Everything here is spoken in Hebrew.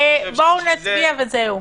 בואו נצביע וזהו.